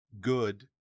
good